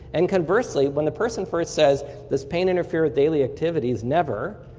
and conversely, when the person first says this pain interferes with daily activities never,